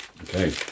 Okay